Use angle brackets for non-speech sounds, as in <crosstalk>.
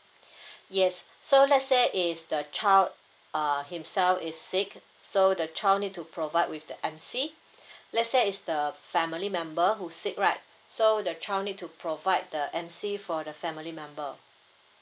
<breath> yes so let's say if the child err himself is sick so the child need to provide with the M_C <breath> let's say is the family member who sit right so the child need to provide the M_C for the family member